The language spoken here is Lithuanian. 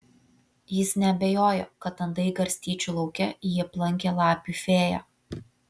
jis neabejojo kad andai garstyčių lauke jį aplankė lapių fėja